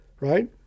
right